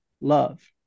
love